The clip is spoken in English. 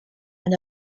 and